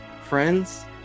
friends